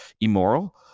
immoral